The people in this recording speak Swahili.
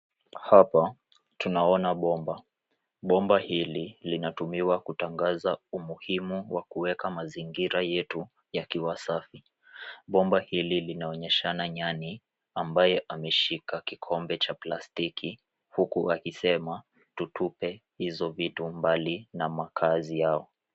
Hapa tunaona bomba, bomba hili linatumiwa kutangaza umuhimu wa kueka mazingira yetu yakiwa safi. Bomba hili linaonyeshana nyani ambaye ameshika kikombe cha plastiki, huku akisema tutupe hizo vitu mbali na makaazi yao.